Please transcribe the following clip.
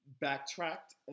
backtracked